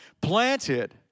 Planted